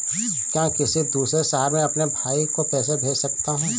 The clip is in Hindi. क्या मैं किसी दूसरे शहर में अपने भाई को पैसे भेज सकता हूँ?